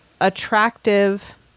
attractive